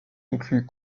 incluent